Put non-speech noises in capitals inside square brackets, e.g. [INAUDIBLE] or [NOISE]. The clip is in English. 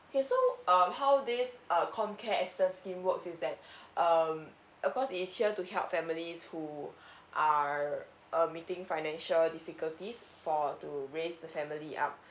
okay so um how this err comcare assistance scheme work is that [BREATH] um of course it is here to help families who [BREATH] are uh meeting financial difficulties for to raise a family up